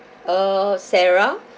uh sarah